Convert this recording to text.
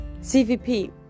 CVP